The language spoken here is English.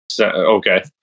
okay